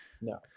No